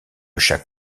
chaque